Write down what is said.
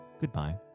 goodbye